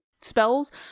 spells